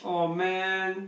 aww man